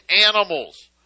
animals